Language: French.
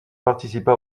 participa